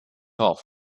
off